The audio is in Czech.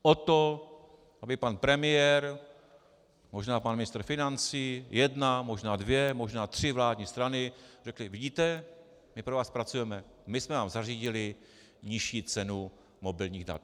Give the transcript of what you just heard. O to, aby pan premiér, možná pan ministr financí, jedna, možná dvě, možná tři vládní strany řekli: Vidíte, my pro vás pracujeme, my jsme vám zařídili nižší cenu mobilních dat.